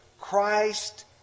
Christ